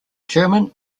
german